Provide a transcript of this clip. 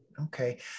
Okay